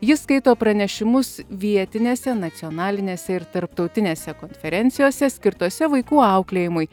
ji skaito pranešimus vietinėse nacionalinėse ir tarptautinėse konferencijose skirtose vaikų auklėjimui